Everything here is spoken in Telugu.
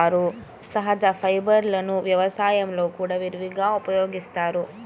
సహజ ఫైబర్లను వ్యవసాయంలో కూడా విరివిగా ఉపయోగిస్తారు